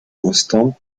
constant